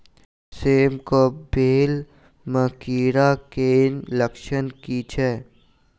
सेम कऽ बेल म कीड़ा केँ लक्षण की छै?